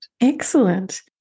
Excellent